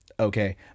okay